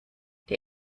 der